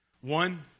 one